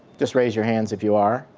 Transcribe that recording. just raise your hands if you are,